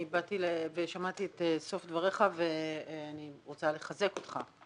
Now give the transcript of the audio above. אני שמעתי את סוף דבריך ואני רוצה לחזק אותך.